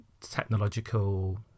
technological